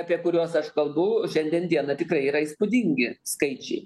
apie kuriuos aš kalbu šiandien dieną tikrai yra įspūdingi skaičiai